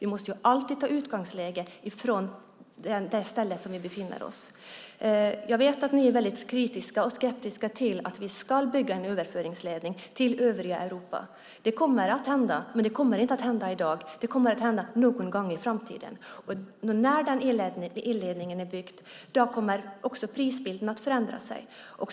Vi måste alltid som utgångspunkt ha det ställe där vi befinner oss. Jag vet att ni är väldigt kritiska och skeptiska till att vi ska bygga en överföringsledning till övriga Europa. Det kommer att hända, men det kommer inte att hända i dag. Det kommer att hända någon gång i framtiden. Och när den elledningen är byggd kommer också prisbilden att förändra sig.